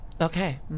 Okay